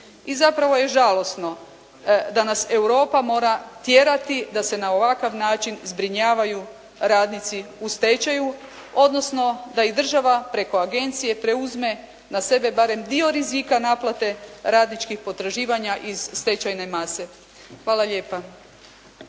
i zapravo je žalosno da nas Europa mora tjerati da se na ovakav način zbrinjavaju radnici u stečaju, odnosno da ih država preko agencije preuzme na sebe barem dio rizika naplate radničkih potraživanja iz stečajne mase. Hvala lijepa.